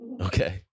Okay